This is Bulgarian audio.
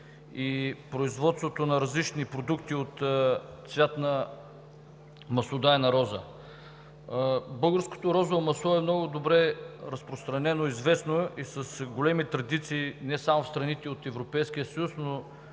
и производството на различни продукти от цвят на маслодайна роза. Българското розово масло е много добре разпространено, известно и с големи традиции не само в страните от Европейския съюз, но